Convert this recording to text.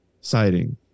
sighting